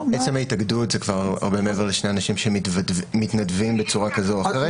עצם ההתאגדות זה כבר הרבה מעבר לשני אנשים שמתנדבים בצורה כזו או אחרת.